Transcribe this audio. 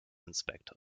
inspector